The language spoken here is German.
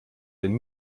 den